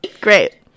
Great